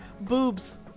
Boobs